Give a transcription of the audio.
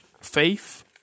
faith